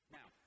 Now